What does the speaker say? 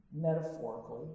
metaphorically